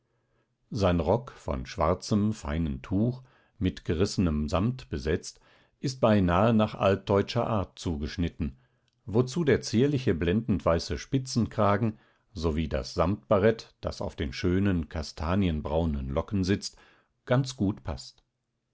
sein rock von schwarzem feinen tuch mit gerissenem samt besetzt ist beinahe nach altteutscher art zugeschnitten wozu der zierliche blendendweiße spitzenkragen sowie das samtbarett das auf den schönen kastanienbraunen locken sitzt ganz gut paßt